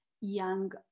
young